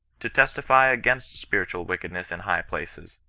to testify against spiritual wickedness in high places,